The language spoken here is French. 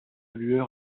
lueur